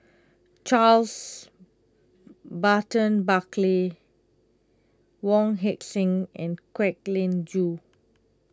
Charles Burton Buckley Wong Heck Sing and Kwek Leng Joo